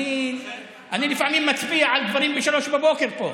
אני לפעמים מצביע על דברים ב-03:00 פה.